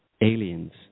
aliens